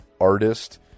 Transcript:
artist